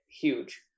huge